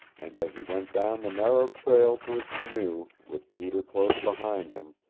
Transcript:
and as he went down the narrow trail to his canoe, with peter close behind him,